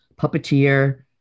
puppeteer